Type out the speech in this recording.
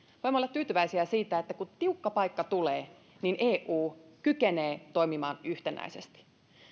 olla tyytyväisiä siitä että kun tiukka paikka tulee eu kykenee toimimaan yhtenäisesti